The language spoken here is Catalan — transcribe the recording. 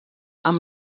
amb